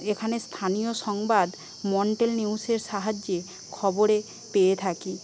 এখানে স্থানীয় সংবাদ মন্টেল নিউজের সাহায্যে খবরে পেয়ে থাকি